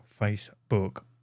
Facebook